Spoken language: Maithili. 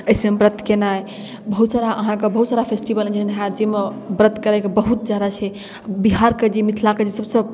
व्रत केनाइ बहुत सारा अहाँके बहुत सारा फेस्टिवल एहन हैत जाहिमे व्रत करैके बहुत ज्यादा छै बिहारके जे मिथिलाके जे सबसँ